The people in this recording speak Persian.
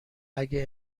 اگه